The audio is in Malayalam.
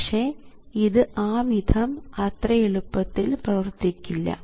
പക്ഷേ ഇത് ആ വിധം അത്രയെളുപ്പത്തിൽ പ്രവർത്തിക്കില്ല